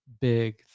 Big